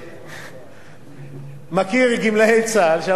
גמלאי צה"ל שהלכו לעבוד ולהיות ממונים על הרבה מאוד אנשים,